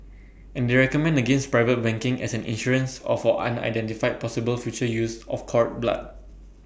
and they recommend against private banking as an insurance or for unidentified possible future use of cord blood